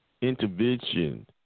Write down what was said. intervention